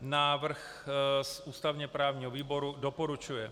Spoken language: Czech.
Návrh z ústavněprávního výboru doporučuje.